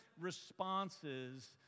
responses